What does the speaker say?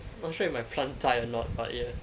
I'm not sure if my plant died or not